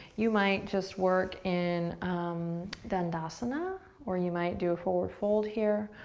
you might just work in um dandasana or you might do a forward fold here.